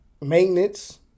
maintenance